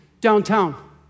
downtown